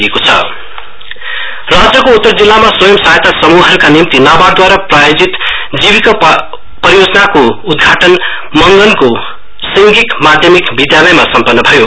Jeevika project राज्यको उत्तर जिल्लामा स्वयं सहायता समूहहरूका निम्ति नावार्डद्वारा प्रायोजित जीविका परियोजनाको उद्घाटन मंगनको सिंधिक माध्यमिक विद्यालयमा सम्पन्न भयो